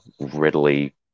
readily